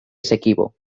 essequibo